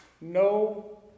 No